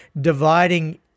dividing